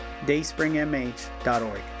dayspringmh.org